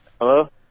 Hello